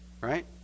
right